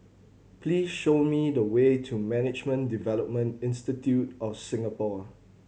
please show me the way to Management Development Institute of Singapore